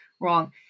wrong